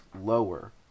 lower